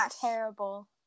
terrible